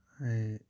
ꯑꯩ